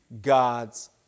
God's